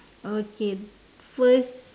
okay first